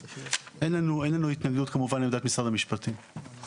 אז אין לנו התנגדות כמובן לעמדת משרד המשפטים.